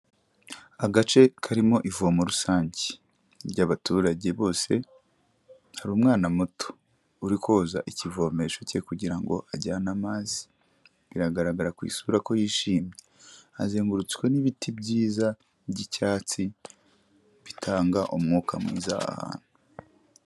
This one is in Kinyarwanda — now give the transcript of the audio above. Agace karimo ivomo rusange ry'abaturage bose, hari umwana umuto uri koza ikivomesho cye kugira ngo ajyane amazi biragaragara ku isura ko yishimye, azengurutswe n'ibiti byiza by'icyatsi bitanga umwuka mwiza ahantu.